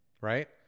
right